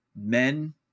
men